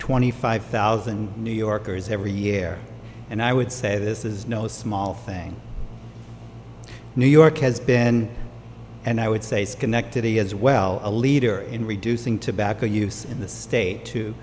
twenty five thousand new yorkers every year and i would say this is no small thing new york has been and i would say schenectady as well a leader in reducing tobacco use in the state to